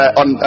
on